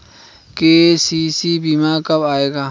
KCC बीमा कब आएगा?